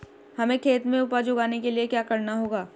हमें खेत में उपज उगाने के लिये क्या करना होगा?